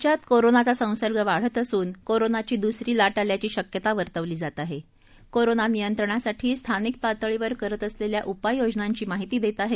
राज्यात कोरोनाचा संसर्ग वाढत असून कोरोनाची दुसरी लाट आल्याची शक्यता वर्तवली जात आहे कोरोना नियंत्रणासाठी स्थानिक पातळीवर करत असलेल्या उपाययोजनांची माहिती देत आहेत